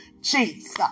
Jesus